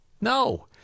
No